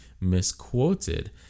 misquoted